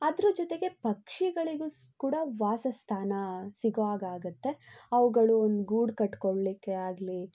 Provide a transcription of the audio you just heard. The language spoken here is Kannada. ಅದ್ರ ಜೊತೆಗೆ ಪಕ್ಷಿಗಳಿಗು ಸ ಕೂಡ ವಾಸಸ್ಥಾನ ಸಿಗೋ ಹಾಗಾಗತ್ತೆ ಅವುಗಳು ಒಂದು ಗೂಡು ಕಟ್ಟಿಕೊಳ್ಲಿಕ್ಕೆ ಆಗಲಿ